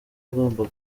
agomba